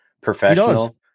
professional